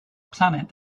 planet